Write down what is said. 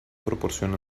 proporciona